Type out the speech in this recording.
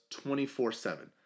24-7